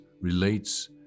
relates